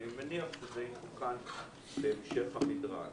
אני מניח שזה יתוקן בהמשך המדרג.